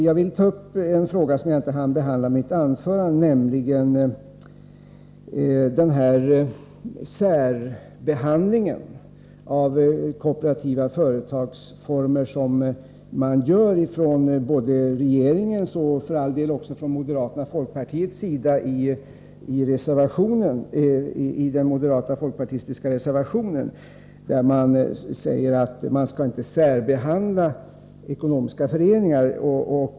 Jag vill ta upp en fråga som jag inte hann behandla i mitt anförande, nämligen den särbehandling av kooperativa företagsformer som man har från regeringens sida — och för all del även från moderaternas och folkpartiets sida i den reservation som är gemensam för folkpartiet och moderaterna. I den reservationen sägs det att man inte skall särbehandla ekonomiska föreningar.